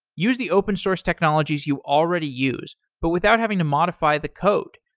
use the open source technologies you already use, but without having to modify the code,